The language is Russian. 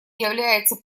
является